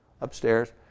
upstairs